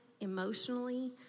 emotionally